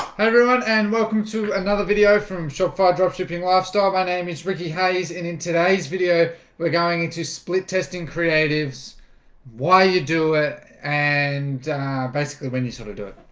everyone and welcome to another video from shop for dropshipping lifestyle. my name is ricky hayes and in today's video we're going into split testing creatives why you do it and basically when you sort of do it